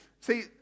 See